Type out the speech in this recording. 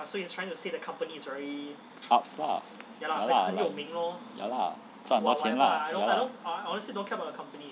upz lah ya lah 赚很多钱 lah